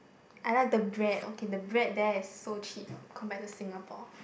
I like the bread okay the bread there is so cheap compared to Singapore